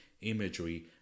imagery